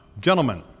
gentlemen